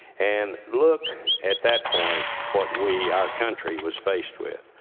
and look at that point what we, our country, was faced with.